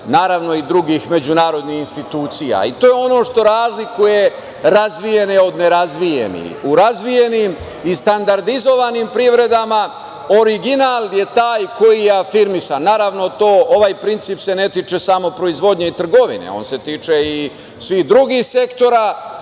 naravno i drugih međunarodnih institucija. To je ono što razlikuje razvijene od nerazvijenih. U razvijenim i standardizovanim privredama original je taj koji je afirmisan. Naravno, ovaj princip se ne tiče samo proizvodnje i trgovine. On se tiče i svih drugih sektora